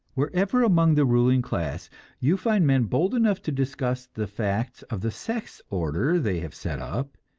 wherever among the ruling class you find men bold enough to discuss the facts of the sex order they have set up,